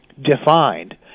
defined